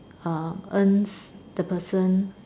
uh earns the person